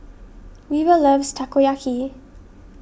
Weaver loves Takoyaki